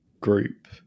group